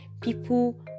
people